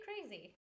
crazy